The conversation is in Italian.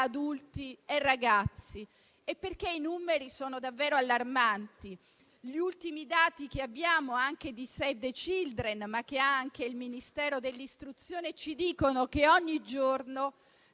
adulti e ragazzi. I numeri sono davvero allarmanti: gli ultimi dati che abbiamo di Save the Children, ma anche del Ministero dell'istruzione, ci dicono che ogni giorno